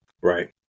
Right